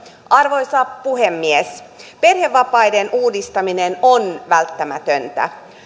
arvoisa puhemies perhevapaiden uudistaminen on välttämätöntä